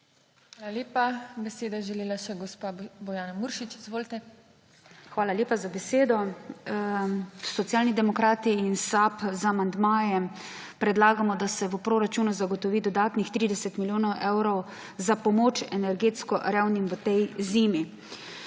Hvala lepa. Besedo je želela še gospa Bojana Muršič. Izvolite. MAG. BOJANA MURŠIČ (PS SD): Hvala lepa za besedo. Socialni demokrati in SAB z amandmajem predlagamo, da se v proračunu zagotovi dodatnih 30 milijonov evrov za pomoč energetsko revnim v tej zimi.